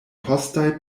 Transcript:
postaj